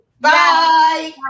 Bye